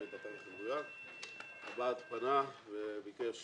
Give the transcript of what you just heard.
הוועד פנה וביקש